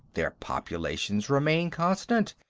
their populations remain constant,